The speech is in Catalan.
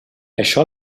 això